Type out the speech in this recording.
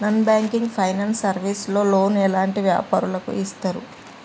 Non banking finance service లో loan ఎలాంటి వ్యాపారులకు ఇస్తరు?